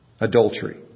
Adultery